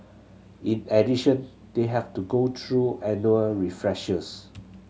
in addition they have to go through annual refreshers